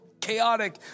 chaotic